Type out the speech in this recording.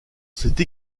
cette